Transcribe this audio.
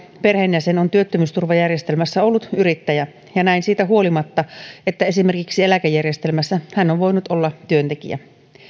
perheenjäsen on työttömyysturvajärjestelmässä ollut yrittäjä näin siitä huolimatta että esimerkiksi eläkejärjestelmässä työntekijä